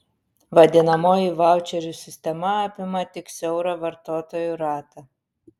vadinamoji vaučerių sistema apima tik siaurą vartotojų ratą